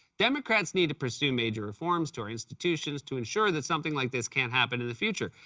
democrats need to pursue major reforms to our institutions, to ensure that something like this can't happen in the future,